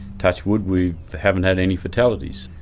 touch wood, we haven't had any fatalities.